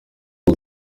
uru